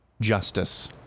justice